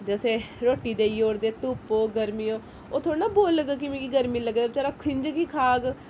जैसे रोटी देई ओड़दे धूप्प हो गर्मी हो ओह् थोह्ड़ी न बोलग कि मिगी गर्मी लग्गै दी बचैरा खिंज गी खाह्ग